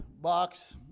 box